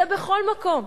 זה בכל מקום,